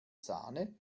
sahne